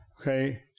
Okay